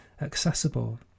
accessible